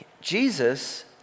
Jesus